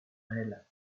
elle